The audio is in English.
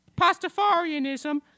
Pastafarianism